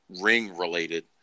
ring-related